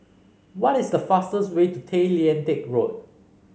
what is the fastest way to Tay Lian Teck Road